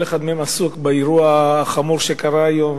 כל אחד מהם עסוק באירוע החמור שקרה היום,